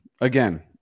again